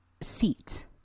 seat